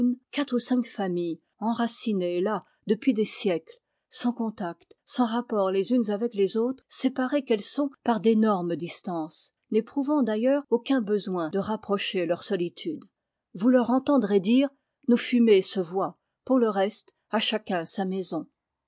quatre ou cinq familles enracinées là depuis des siècles sans contact sans rapports les unes avec les autres séparées qu'elles sont par d'énormes distances n'éprouvant d'ailleurs aucun besoin de rapprocher leurs solitudes vous leur entendrez dire nos fumées se voient pour le reste à chacun sa maison